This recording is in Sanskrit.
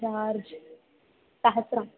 चार्ज् सहस्रम्